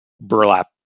burlap